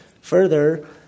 Further